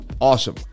awesome